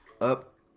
up